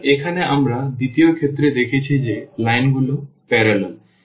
সুতরাং এখানে আমরা দ্বিতীয় ক্ষেত্রে দেখেছি যে লাইনগুলি প্যারালাল